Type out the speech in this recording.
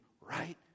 right